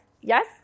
Yes